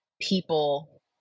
people